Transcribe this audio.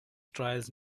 trials